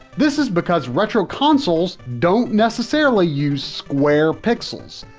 this is because retro consoles don't necessarily use square pixels,